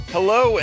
Hello